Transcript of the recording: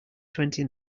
twenty